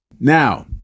Now